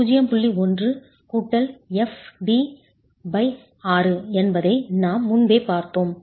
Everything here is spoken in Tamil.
1 fd6 என்பதை நாம் முன்பே பார்த்தோம்